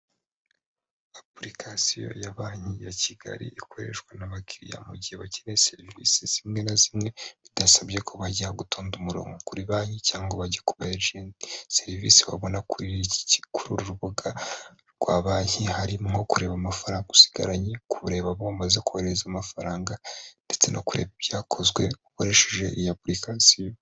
Apurikasiyo ya banki ya kigali ikoreshwa n'abakiriya mu gihe bakeneye serivisi zimwe na zimwe bitasabye ko bajya gutonda umurongo kuri banki cyangwa bagikoresha indi serivisi babona kuri uru rubuga rwa banki harimo nko kureba amafaranga usigaranye kureba abowamaze koherereza amafaranga ndetse no kureba ibyakozwe ukoresheje iya apurikasiyo.